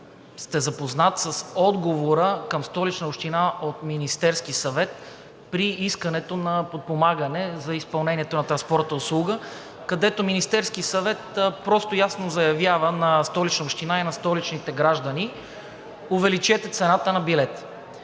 сте запознат с отговора към Столична община от Министерския съвет при искането на подпомагане за изпълнението на транспортна услуга, където Министерският съвет просто ясно заявява на Столична община и столичните граждани – увеличете цената на билета.